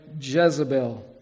Jezebel